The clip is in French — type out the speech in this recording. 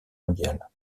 mondiale